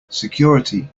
security